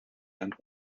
and